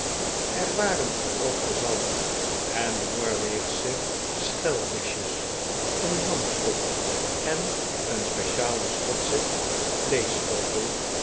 er waren gerookte zalm en noorweegsehe schelvischjes een